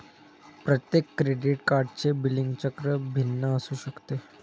प्रत्येक क्रेडिट कार्डचे बिलिंग चक्र भिन्न असू शकते